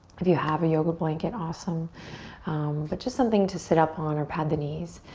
if you have a yoga blanket, awesome but just something to sit up on or pad the knees.